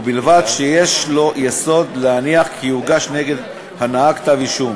ובלבד שיש לו יסוד להניח כי יוגש נגד הנהג כתב-אישום.